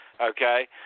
okay